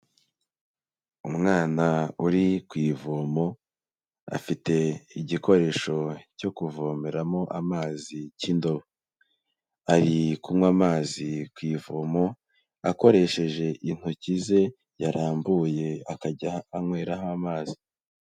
Umwana uri ku ivomo, afite igikoresho cyo kuvomeramo amazi cy'indobo, ari kunywa amazi ku ivomo akoresheje intoki ze yarambuye akajya anyweraho amazi.